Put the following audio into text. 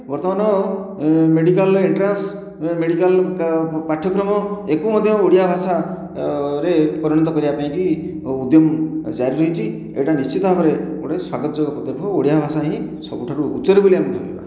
ବର୍ତ୍ତମାନ medical entrance medical ପାଠ୍ୟକ୍ରମ ଏହାକୁ ମଧ୍ୟ ଓଡ଼ିଆ ଭାଷା ରେ ପରିଣତ କରିବା ପାଇଁ ଉଦ୍ୟମ ଜାରିରହିଛି ଏଇଟା ନିଶ୍ଚିତ ଭାବରେ ଗୋଟିଏ ସ୍ୱାଗତ ଯୋଗ୍ୟ ପଦକ୍ଷେପ ଓଡ଼ିଆ ଭାଷା ହିଁ ସବୁଠାରୁ ଉଚ୍ଚରେ ବୋଲି ଆମେ ଭାବିବା